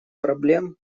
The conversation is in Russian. проблем